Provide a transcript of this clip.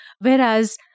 whereas